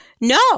No